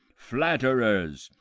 flatterers,